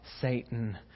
Satan